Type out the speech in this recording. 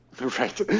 Right